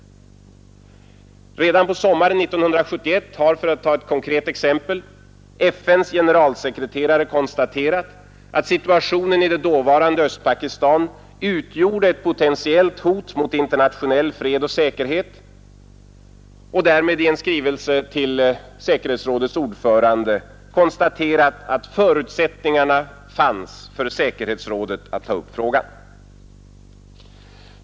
Redan på sommaren 1971 hade, för att ta ett konkret exempel, FN:s generalsekreterare konstaterat att situationen i det dåvarande Östpakistan utgjorde ett potentiellt hot mot internationell fred och säkerhet och därmed — i en skrivelse till säkerhetsrådets ordförande — konstaterat att förutsättningarna för säkerhetsrådet fanns att ta upp frågan.